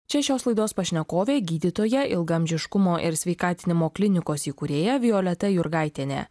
čia šios laidos pašnekovė gydytoja ilgaamžiškumo ir sveikatinimo klinikos įkūrėja violeta jurgaitienė